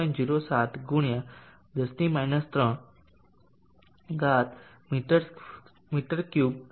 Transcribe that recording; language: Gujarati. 07 ગુણ્યા 10 3 મી3 સેકંડ છે